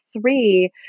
three